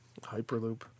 Hyperloop